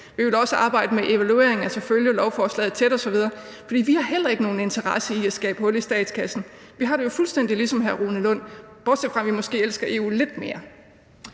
Vi vil også arbejde med evaluering, altså følge lovforslaget tæt osv., for vi har heller ikke nogen interesse i at skabe hul i statskassen. Vi har det jo fuldstændig ligesom hr. Rune Lund, bortset fra at vi måske elsker EU lidt mere.